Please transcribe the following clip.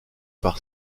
par